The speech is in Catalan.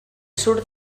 surt